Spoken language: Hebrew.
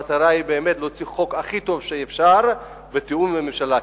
המטרה היא באמת להוציא חוק הכי טוב שאפשר בתיאום עם הממשלה,